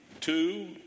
Two